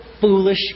foolish